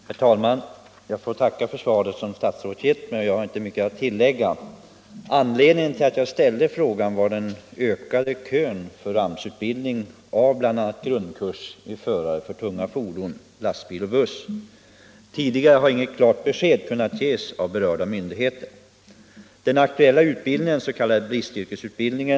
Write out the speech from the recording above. Om yrkesinrikt Herr talman! Jag får tacka för det svar som statsrådet givit mig. Jag — ningen av den högre har inte mycket att tillägga. utbildningen Anledningen till att jag ställde frågan var den ökade kön till AMS utbildningens grundkurs för förare av tunga fordon, dvs. lastbil och buss. Tidigare har inget klart besked i dessa frågor kunnat ges av berörda myndigheter. Den aktuella utbildningen är en s.k. bristyrkesutbildning.